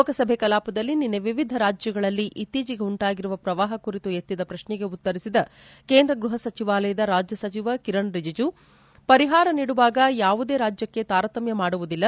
ಲೋಕಸಭೆಯ ಕಲಾಪದಲ್ಲಿ ನಿನ್ನೆ ವಿವಿಧ ರಾಜ್ಯಗಳಲ್ಲಿ ಇತ್ತೀಚೆಗೆ ಉಂಟಾಗಿರುವ ಪ್ರವಾಹ ಕುರಿತು ಎತ್ತಿದ ಪ್ರಶ್ನೆಗೆ ಉತ್ತರಿಸಿದ ಕೇಂದ್ರ ಗೃಹ ಸಚಿವಾಲಯದ ರಾಜ್ಯ ಸಚಿವ ಕಿರಣ್ ರಿಜಿಜು ಪರಿಹಾರ ನೀಡುವಾಗ ಯಾವುದೇ ರಾಜ್ಞವನ್ನು ತಾರತಮ್ಮ ಮಾಡುವುದಿಲ್ಲ